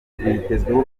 witezweho